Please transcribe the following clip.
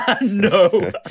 No